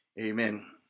Amen